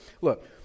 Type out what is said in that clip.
look